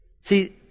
See